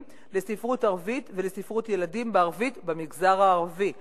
לספרות ערבית ולספרות ילדים בערבית במגזר הערבי.